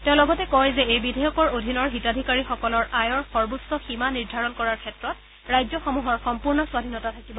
তেওঁ লগতে কয় যে এই বিধেয়কৰ অধীনৰ হিতাধিকাৰীসকলৰ আয়ৰ সৰ্বোচ্চ সীমা নিৰ্ধাৰণ কৰাৰ ক্ষেত্ৰত ৰাজ্যসমূহৰ সম্পূৰ্ণ স্বাধীনতা থাকিব